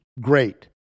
Great